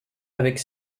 avec